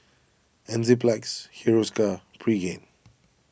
Enzyplex Hiruscar Pregain